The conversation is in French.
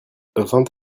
vingt